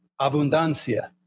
Abundancia